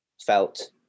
felt